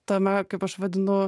tame kaip aš vadinu